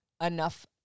enough